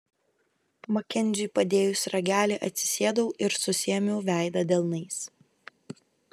makenziui padėjus ragelį atsisėdau ir susiėmiau veidą delnais